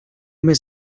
mes